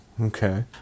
Okay